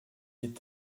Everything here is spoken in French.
est